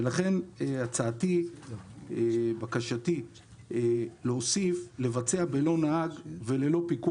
לכן, בקשתי היא להוסיף את המילים: ללא פיקוח